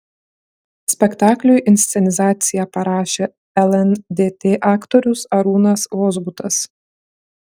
spektakliui inscenizaciją parašė lndt aktorius arūnas vozbutas